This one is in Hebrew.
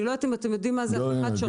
אני לא יודעת אם אתם יודעים מה זה הפיכת שרוול.